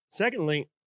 Secondly